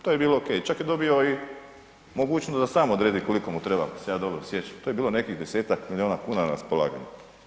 To je bilo ok, čak je dobio i mogućnost da sam odredi koliko mu treba, ako se ja dobro sjećam, to je bilo nekih 10-tak miliona kuna na raspolaganju.